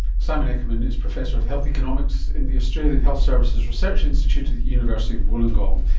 simon eckermann is professor of health economics in the australian health services research institute at the university of wollongong.